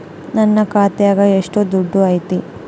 ನನ್ನ ಖಾತ್ಯಾಗ ಎಷ್ಟು ದುಡ್ಡು ಐತಿ?